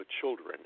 children